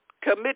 Commit